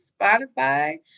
Spotify